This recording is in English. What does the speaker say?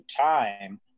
time